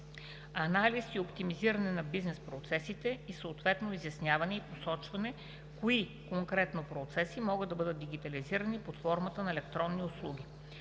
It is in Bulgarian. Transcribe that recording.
Анализ и оптимизиране на бизнес процесите и съответно изясняване и посочване кои конкретно процеси могат да бъдат дигитализирани под формата на електронни услуги.